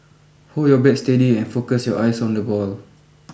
hold your bat steady and focus your eyes on the ball